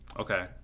Okay